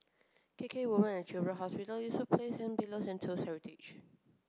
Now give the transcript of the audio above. K K Women and Children Hospital Eastwood Place and Pillows and Toast Heritage